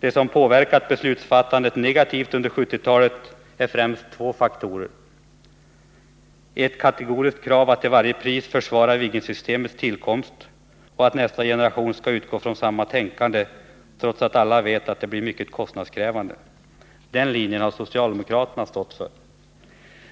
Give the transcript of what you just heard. Det som påverkat beslutsfattandet negativt under 1970-talet är främst två faktorer: ett kategoriskt krav att till varje pris försvara Viggensystemets tillkomst och att nästa generation skall utgå från samma tänkande, trots att alla vet att resultatet blir kostnadskrävande. Den linjen har socialdemokraterna stått för.